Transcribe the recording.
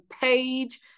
page